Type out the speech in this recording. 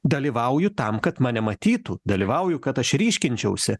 dalyvauju tam kad mane matytų dalyvauju kad aš ryškinčiausi